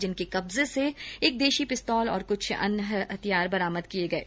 जिनके कब्जे से एक देशी पिस्तोल और कुछ अन्य हथियार बरामद किये गये